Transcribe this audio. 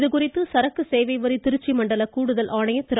இதுகுறித்து சரக்கு சேவை வரி திருச்சி மண்டல கூடுதல் ஆணையர் திரு